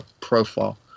profile